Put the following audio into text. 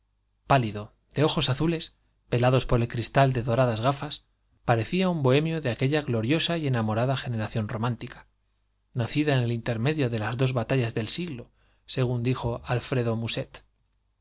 pálido de azules ojos velados por el cristal de doradas gafas parecía un bohemio de aquella gloriosa y enamorada generación romántica nacida en el intermedio de las dos batallas del siglo según dijo alfredo musset